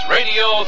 Radio